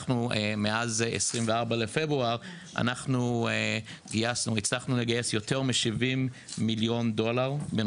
אנחנו מאז 24 בפברואר הצלחנו לגייס יותר מ-70 מיליון דולר רק